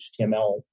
HTML